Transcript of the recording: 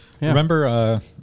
Remember